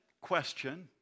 question